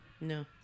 No